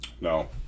No